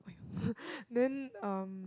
then um